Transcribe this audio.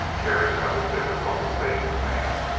terry found it difficult to face the man.